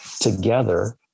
together